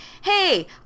hey